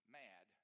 mad